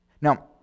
Now